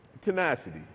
tenacity